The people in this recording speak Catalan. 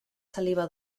saliva